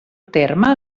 terme